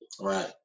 right